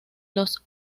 los